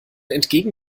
entgegen